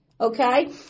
okay